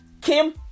Kim